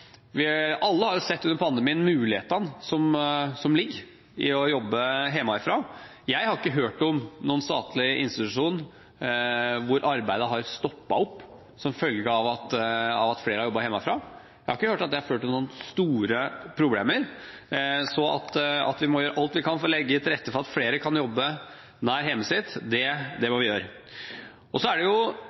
alle har vi under pandemien sett mulighetene som ligger i å jobbe hjemmefra. Jeg har ikke hørt om noen statlig institusjon hvor arbeidet har stoppet opp som følge av at flere har jobbet hjemmefra. Jeg har ikke hørt at det har ført til noen store problemer. Så vi må gjøre alt vi kan for å legge til rette for at flere kan jobbe nær hjemmet sitt. Når vi ser at flere kan jobbe hjemmefra, er det